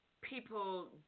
people